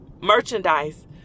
merchandise